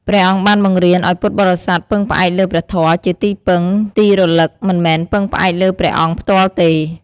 ព្រះអង្គបានបង្រៀនឱ្យពុទ្ធបរិស័ទពឹងផ្អែកលើព្រះធម៌ជាទីពឹងទីរលឹក មិនមែនពឹងផ្អែកលើព្រះអង្គផ្ទាល់ទេ។